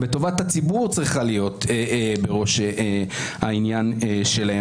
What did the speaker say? וטובת הציבור צריכה להיות בראש העניין שלהם.